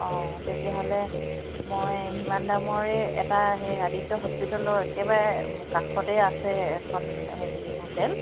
অঁ তেতিয়াহ'লে মই সিমান দামৰে এটা সেই আদিত্য হস্পিটেলৰ একেবাৰে কাষতেই আছে এখন হেৰি হোটেল